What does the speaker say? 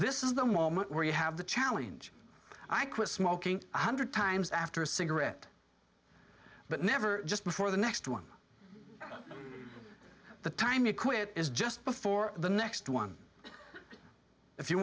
this is the moment where you have the challenge i quit smoking one hundred times after a cigarette but never just before the next one the time you quit is just before the next one if you